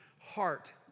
heart